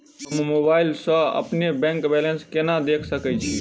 हम मोबाइल सा अपने बैंक बैलेंस केना देख सकैत छी?